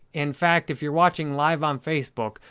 in fact, if you're watching live on facebook,